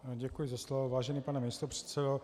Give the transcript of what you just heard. Děkuji za slovo, vážený pane místopředsedo.